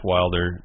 Wilder